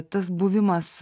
tas buvimas